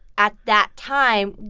at that time,